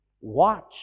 watch